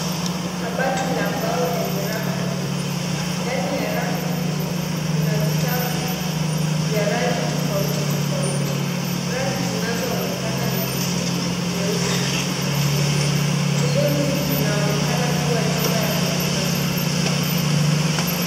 Kabati la mbao lenye rafu nyingi, ndani ya rafu hizo kuna vitabu vya rangi tofauti tofauti, rangi zinazoonekana ni bulu, nyeusi, na chungwa, sehemu hii inaonekana kuwa chumba ya kuhifadhi vitabu.